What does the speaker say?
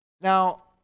now